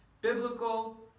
biblical